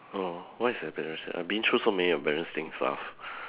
hello what is embarrassing I've been through so many embarrassing stuff